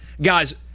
Guys